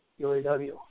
UAW